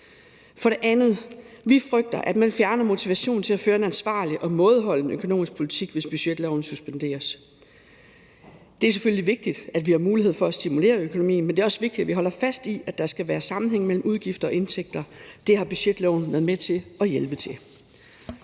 For det andet frygter vi, at man fjerner motivationen til at føre en ansvarlig og mådeholden økonomisk politik, hvis budgetloven suspenderes. Det er selvfølgelig vigtigt, at vi har mulighed for at stimulere økonomien, men det er også vigtigt, at vi holder fast i, at der skal være sammenhæng mellem udgifter og indtægter; det har budgetloven hjulpet med til. Endelig